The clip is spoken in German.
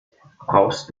brauchst